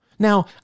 Now